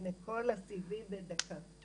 הנה, כל הסעיפים בדקה.